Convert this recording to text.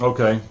Okay